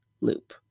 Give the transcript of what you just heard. loop